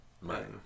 Right